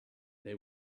they